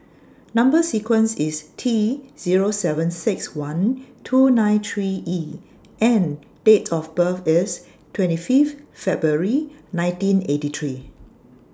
Number sequence IS T Zero seven six one two nine three E and Date of birth IS twenty Fifth February nineteen eighty three